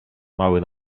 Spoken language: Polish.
mały